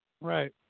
Right